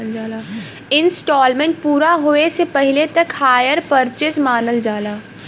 instalment पूरा होये से पहिले तक हायर परचेस मानल जाला